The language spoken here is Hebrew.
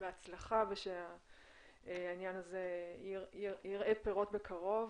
בהצלחה ושהעניין הזה יראה פירות בקרוב,